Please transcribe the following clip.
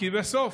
כי בסוף,